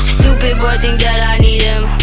stupid boy think that i need him